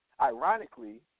ironically